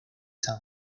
san